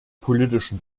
politischen